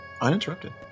Uninterrupted